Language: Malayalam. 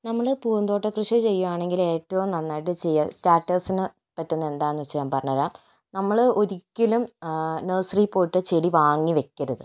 നമ്മള് പൂന്തോട്ട കൃഷി ചെയ്യുകയാണെങ്കിൽ ഏറ്റവും നന്നായിട്ട് ചെയ്യുക സ്റ്റാർട്ടേഴ്സിന് പറ്റുന്ന എന്താണെന്നുവെച്ചാൽ ഞാൻ പറഞ്ഞു തരാം നമ്മള് ഒരിക്കലും നഴ്സറിയിൽ പോയിട്ട് ചെടി വാങ്ങി വെക്കരുത്